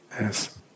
Yes